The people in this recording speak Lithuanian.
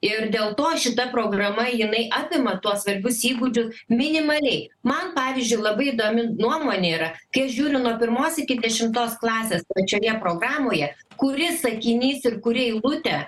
ir dėl to šita programa jinai apima tuos svarbius įgūdžius minimaliai man pavyzdžiui labai įdomi nuomonė yra kai aš žiūriu nuo pirmos iki dešimtos klasės pačioje programoje kuris sakinys ir kuri eilutė